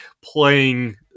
playing